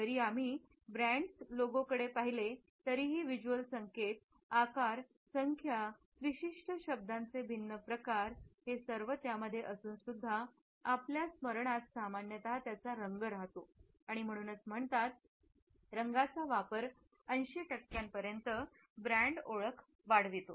जरी आम्ही ब्रँड्स लोगोकडे पाहिले तरीही व्हिज्युअल संकेत आकार संख्या विशिष्ट शब्दांचे भिन्न प्रकार आहेत हे सर्व त्या मध्ये असून सुद्धा आपल्या स्मरणात सामान्यतः त्याचा रंग राहतो आणि म्हणूनच म्हणतात रंगाचा वापर 80 टक्क्यांपर्यंत ब्रँड ओळख वाढवितो